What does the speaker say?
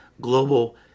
global